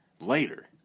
later